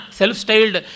self-styled